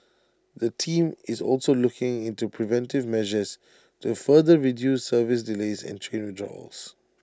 the team is also looking into preventive measures to further reduce service delays and train withdrawals